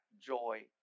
joy